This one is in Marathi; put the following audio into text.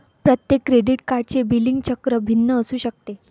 प्रत्येक क्रेडिट कार्डचे बिलिंग चक्र भिन्न असू शकते